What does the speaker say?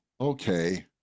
okay